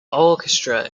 orchestra